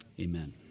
Amen